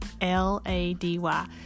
L-A-D-Y